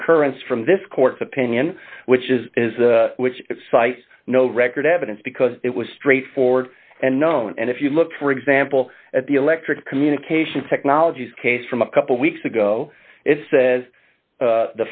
concurrence from this court's opinion which is which cites no record evidence because it was straightforward and known and if you look for example at the electric communication technologies case from a couple weeks ago it says